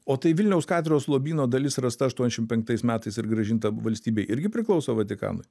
o tai vilniaus katedros lobyno dalis rasta aštuoniasdešimt penktais metais ir grąžinta valstybei irgi priklauso vatikanui